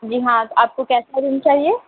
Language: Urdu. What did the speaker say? جی ہاں آپ کو کیسا روم چاہیے